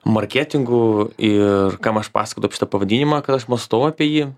marketingu ir kam aš pasakodavau apie šitą pavadinimą kad aš mąstau apie jį